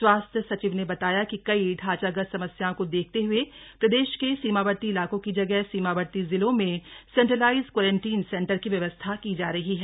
स्वास्थ्य सचिव ने बताया कि कई ढांचागत समस्याओं को देखते हए प्रदेश के सीमावर्ती इलाकों की जगह सीमावर्ती जिलों में सेंट्रलाइज्ड क्वारंटीन सेंटर की व्यवस्था की जा रही है